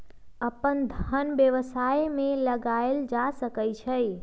अप्पन धन व्यवसाय में लगायल जा सकइ छइ